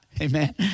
Amen